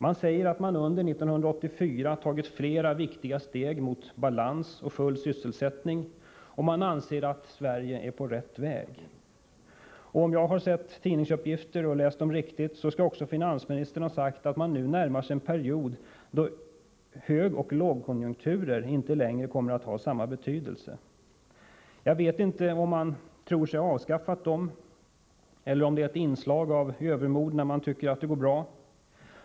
Man säger att man under 1984 tagit flera och viktiga steg mot balans och full sysselsättning och man anser att ”Sverige är på rätt väg”. Om jag har läst tidningsuppgifter på rätt sätt skall också finansministern ha sagt att vi nu närmar oss en period då inte högoch lågkonjunkturer längre kommer att ha samma betydelse. Jag vet inte om man tror sig ha avskaffat dem eller om det är ett utslag av övermod när man tycker att det går bra.